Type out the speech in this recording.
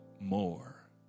more